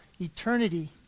eternity